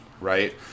Right